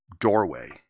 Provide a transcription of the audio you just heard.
doorway